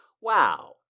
Wow